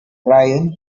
brain